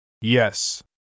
Yes